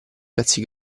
pezzi